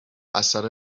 اثر